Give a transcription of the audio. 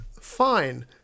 Fine